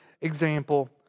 example